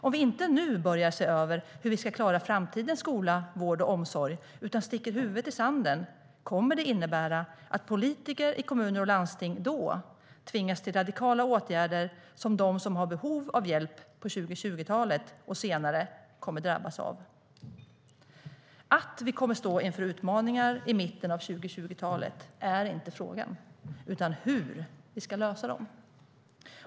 Om vi inte nu börjar se över hur vi ska klara framtidens skola, vård och omsorg, utan sticker huvudet i sanden, kommer det att innebära att politiker i kommuner och landsting tvingas till radikala åtgärder som de som har behov av hjälp på 2020-talet och senare kommer att drabbas av. Att vi kommer att stå inför utmaningar i mitten av 2020-talet är inte frågan, utan frågan är hur vi ska lösa dem.